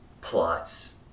plots